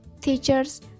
teachers